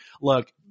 look